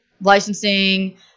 licensing